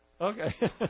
Okay